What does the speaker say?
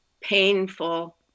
painful